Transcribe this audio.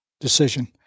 decision